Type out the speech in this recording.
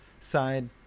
side